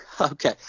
Okay